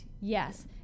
Yes